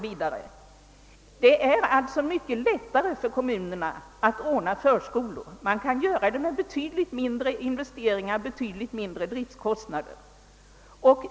v., och det är alltså mycket lättare för kommunerna att ordna förskolor. Detta kan kommunerna göra med betydligt mindre investeringar och betydligt lägre driftkostnader.